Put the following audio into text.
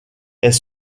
est